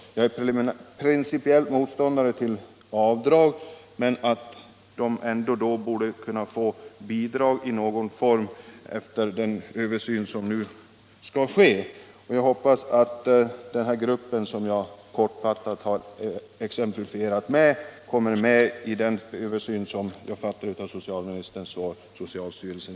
Principiellt är jag visserligen motståndare till av dragssystem, men de borde ju åtminstone kunna erhålla bidrag i någon form efter den översyn som socialstyrelsen nu skall göra. Jag hoppas alltså att den grupp som jag här kortfattat har tagit upp som ett exempel kommer med i en eventuell översyn av handikappersättningen.